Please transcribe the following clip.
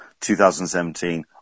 2017